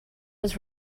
was